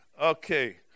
Okay